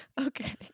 Okay